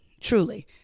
truly